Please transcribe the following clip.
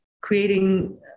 creating